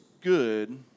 good